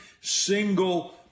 single